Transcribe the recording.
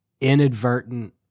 inadvertent